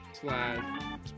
slash